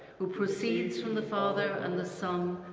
who proceeds from the father and the son,